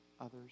others